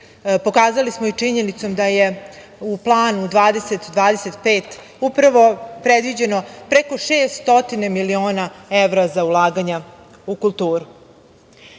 pokazali smo i činjenicom da je u planu 2025 upravo predviđeno preko šest stotine miliona evra za ulaganja u kulturu. Moram